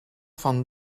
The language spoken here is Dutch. van